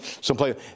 someplace